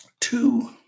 two